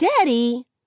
Daddy